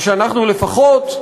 ושאנחנו לפחות,